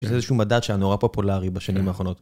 זה איזושהו מדד שהיה נורא פופולארי בשנים האחרונות.